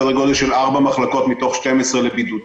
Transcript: בסדר גודל של ארבע מחלקות מתוך 12 לבידוד.